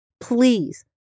please